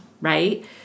right